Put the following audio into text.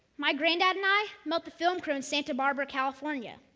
my grand dad and i met the film crew in santa barbara, california.